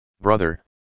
Brother